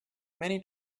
many